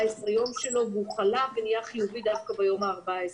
הימים והוא חלה ונהיה חיובי דווקא ביום ה-14.